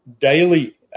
daily